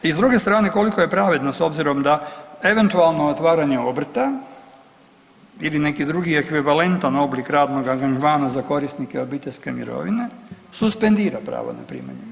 I s druge strane koliko je pravedno s obzirom da eventualno otvaranje obrta ili neki drugi ekvivalentan oblik radnog angažmana za korisnike obiteljske mirovine suspendira pravo na primanje mirovine.